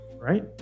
Right